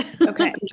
Okay